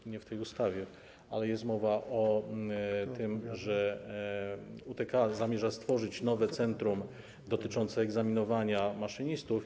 To nie w tej ustawie, ale jest mowa o tym, że UTK zamierza stworzyć nowe centrum na potrzeby egzaminowania maszynistów.